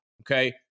okay